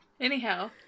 Anyhow